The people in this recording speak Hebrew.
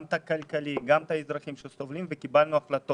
גם את הכלכלי וגם את האזרחים שסובלים וקיבלנו החלטות.